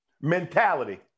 Mentality